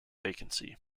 vacancy